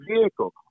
vehicle